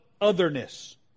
otherness